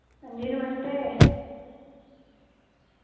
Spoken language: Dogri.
हां जी नमस्ते